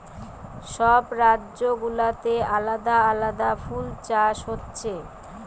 সব রাজ্য গুলাতে আলাদা আলাদা ফুল চাষ হচ্ছে